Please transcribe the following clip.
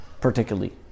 particularly